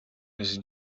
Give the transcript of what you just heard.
mrs